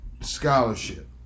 scholarship